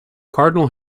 cardinal